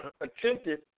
attempted